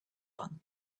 panu